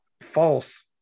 false